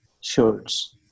shirts